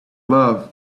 love